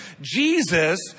Jesus